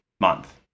month